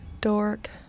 dork